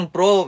Pro